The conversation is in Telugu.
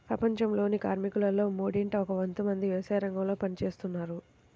ప్రపంచంలోని కార్మికులలో మూడింట ఒక వంతు మంది వ్యవసాయరంగంలో పని చేస్తున్నారు